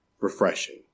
refreshing